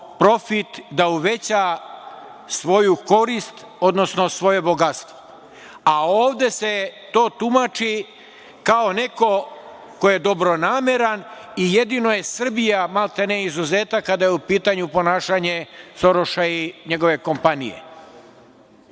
da uveća svoju korist, odnosno svoje bogatstvo, a ovde se to tumači kao neko ko je dobronameran i jedino je Srbija maltene izuzetak kada je u pitanju ponašanje Soroša i njegova kompanije. Sve